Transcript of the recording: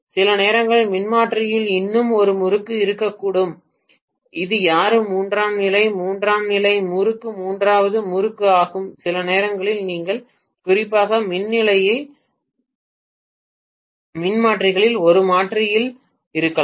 சில நேரங்களில் மின்மாற்றியில் இன்னும் ஒரு முறுக்கு இருக்கக்கூடும் இது யாரும் மூன்றாம் நிலை மூன்றாம் நிலை முறுக்கு மூன்றாவது முறுக்கு ஆகும் சில நேரங்களில் நீங்கள் குறிப்பாக மின் நிலைய மின்மாற்றிகளில் ஒரு மின்மாற்றியில் இருக்கலாம்